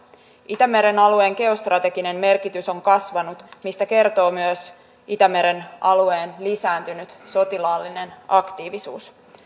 itämeren alueen geostrateginen merkitys on kasvanut mistä kertoo myös itämeren alueen lisääntynyt sotilaallinen aktiivisuus